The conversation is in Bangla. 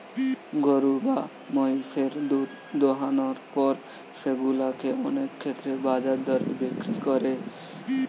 গরু বা মহিষের দুধ দোহানোর পর সেগুলা কে অনেক ক্ষেত্রেই বাজার দরে বিক্রি করে